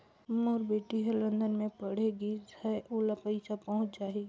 मोर बेटी हर लंदन मे पढ़े गिस हय, ओला पइसा पहुंच जाहि?